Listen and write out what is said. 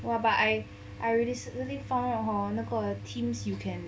!wah! but I I really really found out hor 那个 teams you can